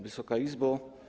Wysoka Izbo!